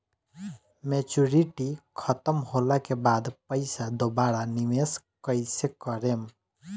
Maturity खतम होला के बाद पईसा दोबारा निवेश कइसे करेम?